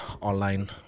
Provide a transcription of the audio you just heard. online